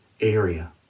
area